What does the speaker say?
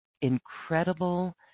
incredible